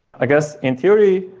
i guess in theory,